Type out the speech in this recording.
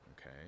okay